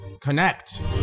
Connect